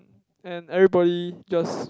and everybody just